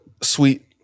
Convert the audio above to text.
sweet